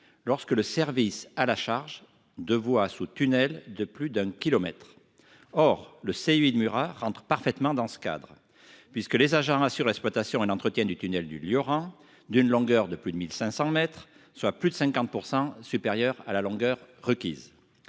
lorsque le service a la charge de voies sous tunnel de plus d'un kilomètre. Or le CEI de Murat entre parfaitement dans ce cadre, puisque les agents assurent l'exploitation et l'entretien du tunnel du Lioran, long de plus de 1 500 mètres, soit 50 % de plus que la longueur minimale